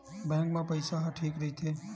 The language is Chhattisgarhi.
बैंक मा पईसा ह ठीक राइथे?